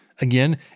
Again